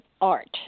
art